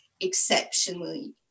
exceptionally